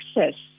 access